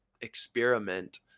experiment